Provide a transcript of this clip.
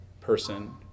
person